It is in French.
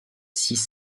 six